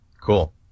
cool